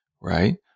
right